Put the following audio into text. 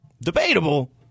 Debatable